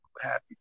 Happy